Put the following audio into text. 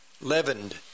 leavened